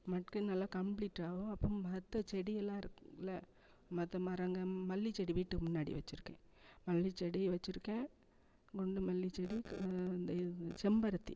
மக்கி நல்லா கம்ப்ளீட் ஆகும் அப்புறம் மற்ற செடியெல்லாம் இருக்குதுல்லை மற்ற மரங்கள் மல்லிச்செடி வீட்டுக்கு முன்னாடி வச்சுருக்கேன் மல்லிச்செடி வச்சுருக்கேன் குண்டு மல்லிச்செடி இந்த செம்பருத்தி